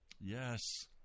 yes